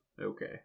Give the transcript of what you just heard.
Okay